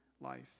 life